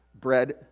bread